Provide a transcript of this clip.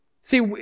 See